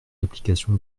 d’application